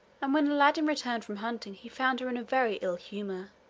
and when aladdin returned from hunting he found her in a very ill humor.